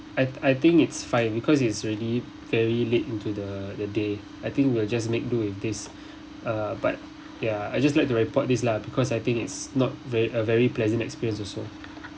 I I think it's fine because it's really very late into the the day I think we'll just make do with this uh but ya I just like to report this lah because I think it's not very a very pleasant experience also